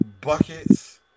Buckets